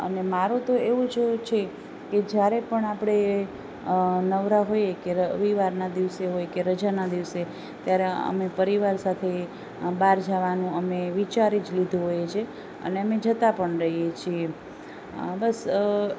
અને મારુ તો એવું જ છે કે જ્યારે પણ આપણે નવરા હોઈએ કે રવિવારના દિવસે હોય કે રજાના દિવસે ત્યારે અમે પરિવાર સાથે બહાર જવાનું અમે વિચારી જ લીધું હોય છે અને અમે જતાં પણ રહીએ છીએ એમ આ બસ